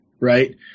Right